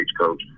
coach